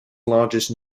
largest